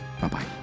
Bye-bye